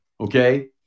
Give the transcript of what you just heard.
okay